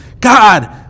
God